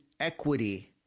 Equity